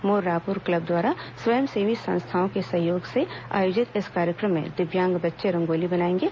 मोर Raipur club द्वारा स्वयंसेवी संस्थाओं के सहयोग से आयोजित इस कार्यक्रम में दिव्यांग बच्चे रंगोली बनाएंगे